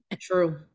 True